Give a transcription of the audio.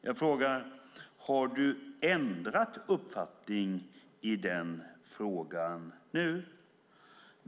Har du nu ändrat uppfattning om det?